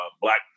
black